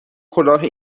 کلاه